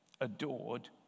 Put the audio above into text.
adored